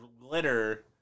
glitter